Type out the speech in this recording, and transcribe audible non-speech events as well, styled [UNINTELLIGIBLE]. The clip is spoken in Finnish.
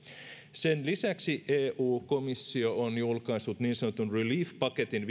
sen lisäksi eu komissio on julkaissut niin sanotun relief paketin [UNINTELLIGIBLE]